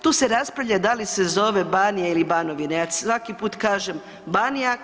Tu se raspravlja da li se zove Banija ili Banovina, ja svaki put kažem Banija/